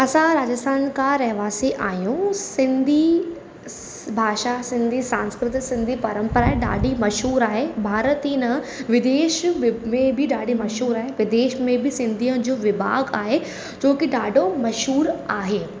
असां राजस्थान का रहवासी आहियूं सिंधी भाषा सिंधी सांस्कृतिक सिंधी परंपरा आहे ॾाढी मशहूरु आहे भारत ई न विदेश में बि ॾाढी मशहूरु आहे विदेश में बि सिंधीअ जो विभाग आहे जो कि ॾाढो मशहूरु आहे